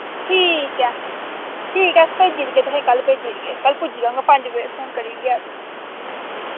ठीक ऐ ठीक ऐ अस भेजी ओड़गे तुसें ई कल भेजी ओड़गे कल पुज्जी जाङन पंज बजे फोन करी ओड़गे अस